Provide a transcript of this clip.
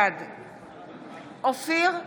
בעד אופיר כץ,